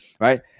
right